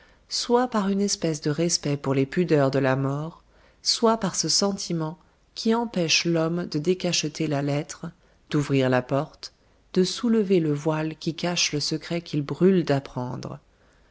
soit par une espèce de respect pour les pudeurs de la mort soit par ce sentiment qui empêche l'homme de décacheter la lettre d'ouvrir la porte de soulever le voile qui cache le secret qu'il brûle d'apprendre